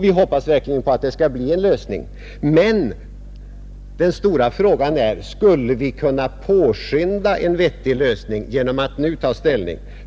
Vi hoppas emellertid att det skall bli en lösning. Men den stora frågan är om vi skulle kunna påskynda en vettig lösning genom att nu ta ställning.